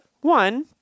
one